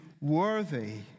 worthy